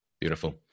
Beautiful